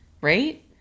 right